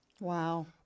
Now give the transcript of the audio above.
Wow